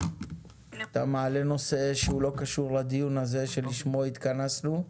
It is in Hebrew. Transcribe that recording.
אתה מעלה נושא שהוא לא קשור לדיון הזה שלשמו התכנסנו,